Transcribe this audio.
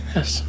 Yes